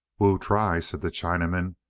wu try, said the chinaman,